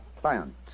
client